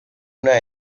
una